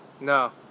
no